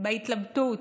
בהתלבטות